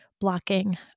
blocking